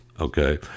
Okay